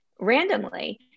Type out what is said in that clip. randomly